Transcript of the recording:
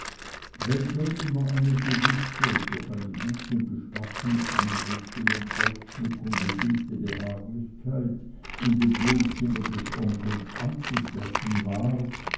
wenn schon immer eine gewisse durch einen guten geschmack in einrichtung und ausschmückung bedingte behaglichkeit in dem wohnzimmer des onkels anzutreffen war